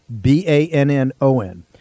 B-A-N-N-O-N